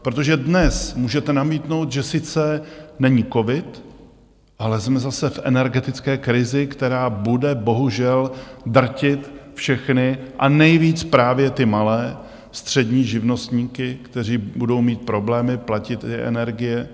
Protože dnes můžete namítnout, že sice není covid, ale jsme zase v energetické krizi, která bude bohužel drtit všechny, a nejvíce právě ty malé a střední živnostníky, kteří budou mít problémy platit ty energie.